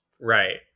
right